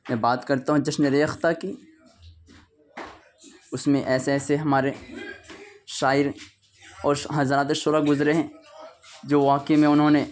میں بات كرتا ہوں جشنِ ریختہ كی اس میں ایسے ایسے ہمارے شاعر اور حضرات شعرا گزرے ہیں جو واقعی میں انہوں نے